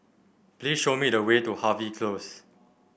please show me the way to Harvey Close